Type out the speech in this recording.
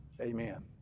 amen